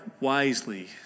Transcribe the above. wisely